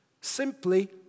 Simply